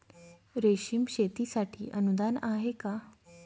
रेशीम शेतीसाठी अनुदान आहे का?